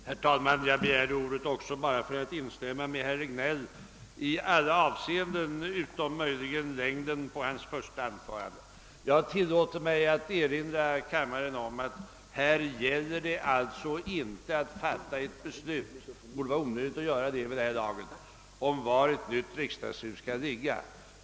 Herr talman! Jag begärde ordet enbart för att i alla avseenden instämma med herr Regnéll, möjligen med undantag beträffande längden av hans första anförande. Jag tillåter mig erinra kammaren om att det inte gäller att fatta ett beslut om var ett nytt riksdagshus skall ligga. Något sådant borde vara onödigt vid det här laget.